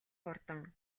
хурдан